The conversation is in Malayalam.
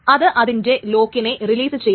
അത് അതിൻറെ ലോക്കിനെ റിലീസ് ചെയ്യണം